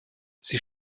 sie